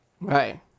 Right